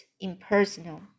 impersonal